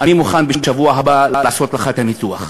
אני מוכן בשבוע הבא לעשות לך את הניתוח.